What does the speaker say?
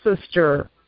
sister